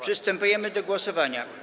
Przystępujemy do głosowania.